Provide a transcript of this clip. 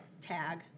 tag